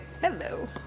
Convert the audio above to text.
Hello